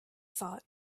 thought